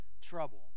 trouble